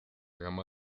gama